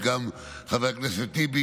גם חבר הכנסת טיבי,